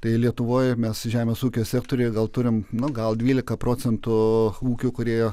tai lietuvoje mes žemės ūkio sektoriuje gal turime nuo gal dvylika procentų ūkių kurie